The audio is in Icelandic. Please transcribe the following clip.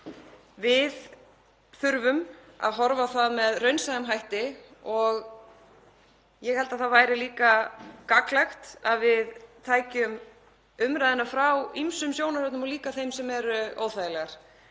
Við þurfum að horfa á það með raunsæjum hætti og ég held að það væri líka gagnlegt að við tækjum umræðuna frá ýmsum sjónarhornum og líka þeim sem eru óþægileg.